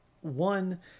one